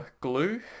glue